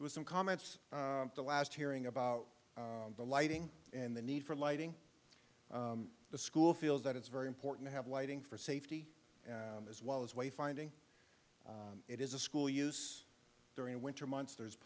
was some comments the last hearing about the lighting and the need for lighting the school feels that it's very important to have lighting for safety as well as way finding it is a school use during the winter months there's